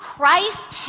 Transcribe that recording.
Christ